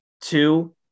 Two